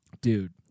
dude